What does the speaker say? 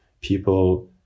People